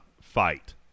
fight